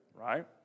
right